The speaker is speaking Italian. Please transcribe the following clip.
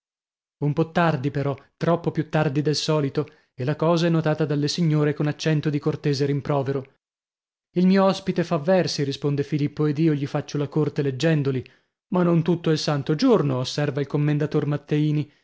un po tardi però troppo più tardi del solito e la cosa è notata dalle signore con accento di cortese rimprovero il mio ospite fa versi risponde filippo ed io gli faccio la corte leggendoli ma non tutto il santo giorno osserva il commendator malteini